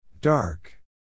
Dark